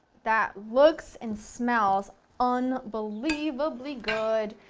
that looks and smells unbelievably good.